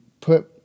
put